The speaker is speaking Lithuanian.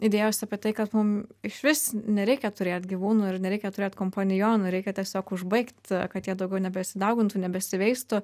idėjos apie tai kad mum išvis nereikia turėt gyvūnų ir nereikia turėt kompanionų reikia tiesiog užbaigt kad jie daugiau nebesidaugintų nebesiveistų